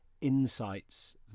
insights